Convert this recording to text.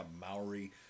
Maori